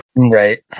Right